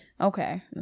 Okay